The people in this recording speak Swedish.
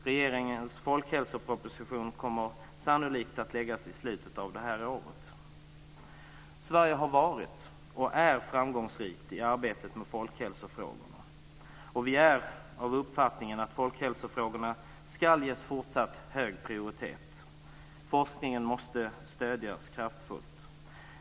Regeringens folkhälsoproposition kommer sannolikt att läggas fram i slutet av året. Sverige har varit och är framgångsrikt i arbetet med folkhälsofrågorna. Vi är av uppfattningen att folkhälsofrågorna ska ges fortsatt hög prioritet. Forskningen måste stödjas kraftfullt.